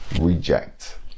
reject